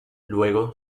luego